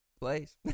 place